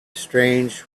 strange